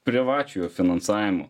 privačiojo finansavimo